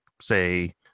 say